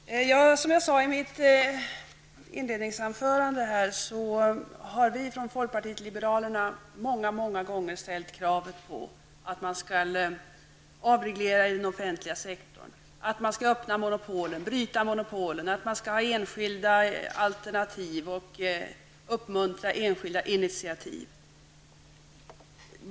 Herr talman! Som jag sade i mitt inledningsanförande har vi i folkpartiet liberalerna många gånger ställt krav på att man skall avreglera i den offentliga sektorn, att man skall bryta monopolen, att man skall ha enskilda alternativ och uppmuntra enskilda initiativ.